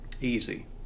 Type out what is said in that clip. Easy